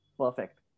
perfect